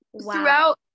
Throughout